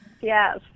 Yes